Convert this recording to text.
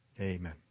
Amen